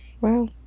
Wow